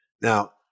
Now